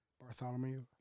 Bartholomew